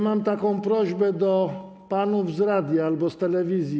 Mam prośbę do panów z radia albo z telewizji.